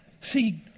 See